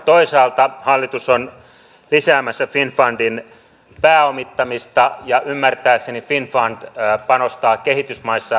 toisaalta hallitus on lisäämässä finnfundin pääomittamista ja ymmärtääkseni finnfund panostaa kehitysmaissa toimiviin yrityksiin